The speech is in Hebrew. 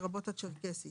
לרבות הצ'רקסית